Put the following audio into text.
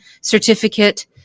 certificate